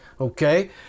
okay